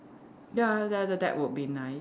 ya tha~ that would be nice